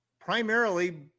primarily